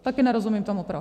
Taky nerozumím tomu proč.